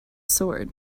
sword